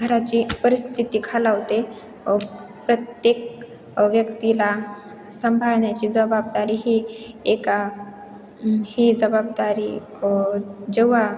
घराची परिस्थिती खालावते प्रत्येक व्यक्तीला सांभाळण्याची जबाबदारी ही एका ही जबाबदारी जेव्हा